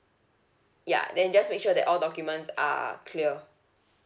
ya then just make sure that all documents are clear